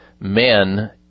men